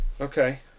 Okay